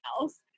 else